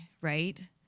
right